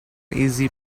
easy